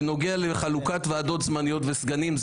בנוגע לחלוקת ועדות זמניות וסגנים.